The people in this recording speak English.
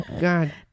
God